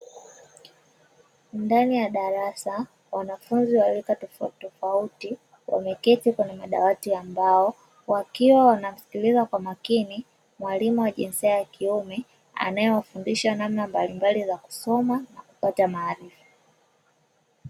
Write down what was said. Ndani ya darasa wanafunzi wa rika tofauti tofauti wameketi kwenye madawati ambao wakiwa wanamsikiliza kwa makini mwalimu wa jinsia ya kiume anayewafundisha namna mbalimbali za kusoma na kupata maarifa.